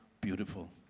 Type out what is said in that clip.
beautiful